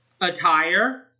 attire